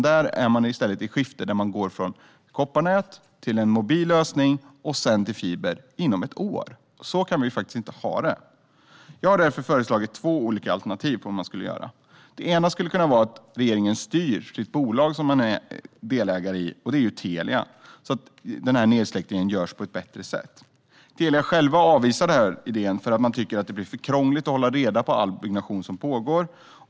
Där är man i stället i ett skifte där man går från kopparnät till en mobil lösning och sedan till fiber inom ett år. Så kan vi inte ha det. Jag har därför föreslagit två olika alternativ för hur man borde göra. Det ena är att regeringen styr det bolag som man är delägare i, nämligen Telia, så att nedsläckningen görs på ett bättre sätt. Telia själva avvisar denna idé då de tycker att det blir för krångligt att hålla reda på all byggnation som pågår.